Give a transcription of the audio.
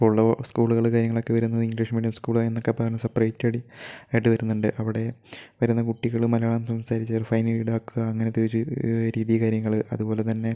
ഇപ്പോൾ ഉള്ള സ്കൂളുകൾ കാര്യങ്ങളൊക്കെ വരുന്നത് ഇംഗ്ലീഷ് മീഡിയം സ്കൂളായിഎന്നൊക്കെ പറഞ്ഞ് സെപ്പറേറ്റഡ് ആയിട്ട് വരുന്നുണ്ട് അവിടെ വരുന്ന കുട്ടികൾ മലയാളം സംസാരിച്ചാൽ ഫൈൻ ഈടാക്കുക അങ്ങനത്തെ ഒരു രീതി കാര്യങ്ങൾ അതുപോലെ തന്നെ